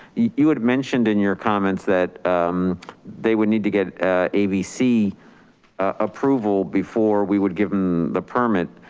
you had mentioned in your comments that they would need to get ah abc approval before we would give them the permit.